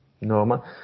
normal